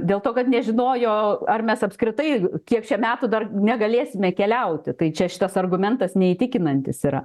dėl to kad nežinojo ar mes apskritai kiek čia metų dar negalėsime keliauti tai čia šitas argumentas neįtikinantis yra